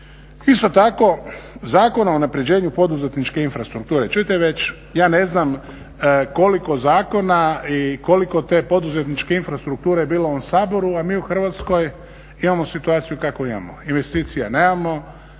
Isto tako, Zakon o unapređenju poduzetničke infrastrukture, čujte već ja ne znam koliko zakona i koliko je te poduzetničke infrastrukture bilo u ovom Saboru, a mi u Hrvatskoj imamo situaciju kakvu imamo. Investicija nemamo,